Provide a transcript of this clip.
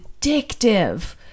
addictive